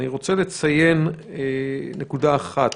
אני רוצה לציין נקודה אחת.